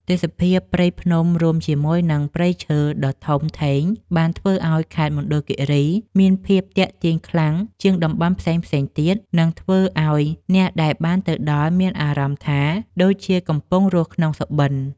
ទេសភាពព្រៃភ្នំរួមជាមួយនឹងព្រៃឈើដ៏ធំធេងបានធ្វើឱ្យខេត្តមណ្ឌលគីរីមានភាពទាក់ទាញខ្លាំងជាងតំបន់ផ្សេងៗទៀត និង ធ្វើឱ្យអ្នកដែលបានទៅដល់មានអារម្មណ៍ថាដូចជាកំពុងរស់ក្នុងសុបិន។